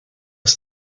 are